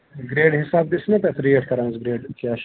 گرٛیڈٕ حِساب تہِ چھِنہَ تَتھ ریٹ کَران گرٛیڈ کیٛاہ چھُ